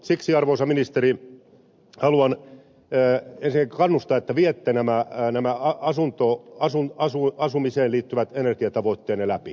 siksi arvoisa ministeri haluan ensinnäkin kannustaa että viette nämä asumiseen liittyvät energiatavoitteenne läpi